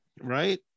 right